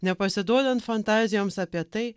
nepasiduodant fantazijoms apie tai